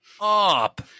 up